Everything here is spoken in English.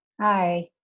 Hi